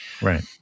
Right